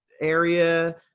area